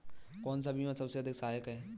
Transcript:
कौन सा बीमा सबसे अधिक सहायक है?